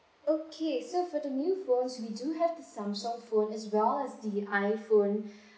okay so for the new phones we do have the Samsung phone as well as the iPhone